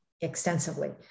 extensively